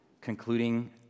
concluding